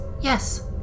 Yes